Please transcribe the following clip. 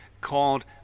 called